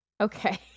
Okay